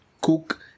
cook